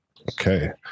Okay